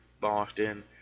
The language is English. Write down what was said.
Boston